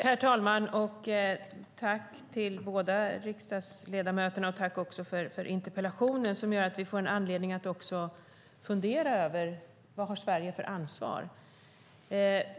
Herr talman! Tack till båda riksdagsledamöterna, och tack också för interpellationen som gör att vi får anledning att fundera över vad Sverige har för ansvar.